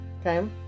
Okay